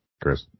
Chris